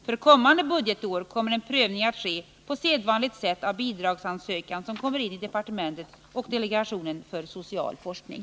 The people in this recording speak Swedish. För kommande budgetår kommer en prövning att ske på sedvanligt sätt av bidragsansökan som kommer in i departementet och delegationen för social forskning.